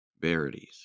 Verities